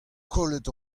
kollet